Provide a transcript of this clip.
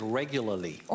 regularly